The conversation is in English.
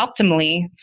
optimally